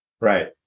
Right